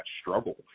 struggle